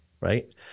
right